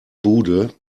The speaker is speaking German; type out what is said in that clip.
bude